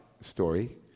story